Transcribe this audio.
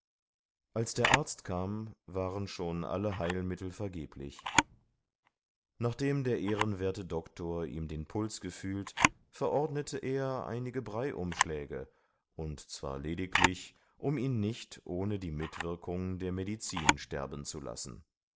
als der arzt kam waren schon alle heilmittel vergeblich nachdem der ehrenwerte doktor ihm den puls gefühlt verordnete er einige breiumschläge und zwar lediglich um ihn nicht ohne die mitwirkung der medizin sterben zu lassen